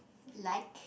like